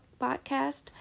podcast